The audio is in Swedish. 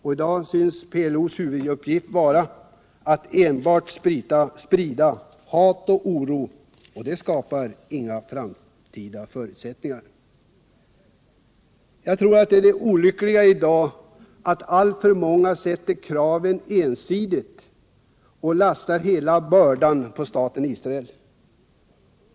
I dag synes PLO:s huvuduppgift vara att sprida hat och oro, och det skapar inga framtida förutsättningar. Jag tror att det olyckliga i dag är att alltför många sätter kraven ensidigt och lastar hela bördan på staten Israel.